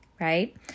right